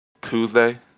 Tuesday